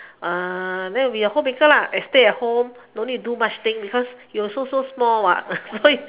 uh then you be a homemaker lah and you stay at home not need to do much things because you also so small what